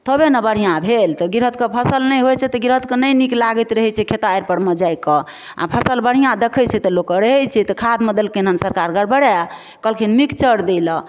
तबे ने बढ़िआँ भेल तऽ गृहस्थ कऽ फसल नहि होइत छै तऽ गृहस्थ कऽ नहि निक लागैत रहैत छै खेतक आरि परमे जाइ कऽ आ फसल बढ़िआँ देखैत छै तऽ लोक कऽ रहैत छै तऽ खादमे देलखिन हन सरकार गड़बड़ाए कहलखिन मिक्सचर दै लऽ